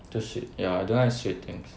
too sweet ya I don't like sweet things